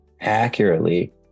accurately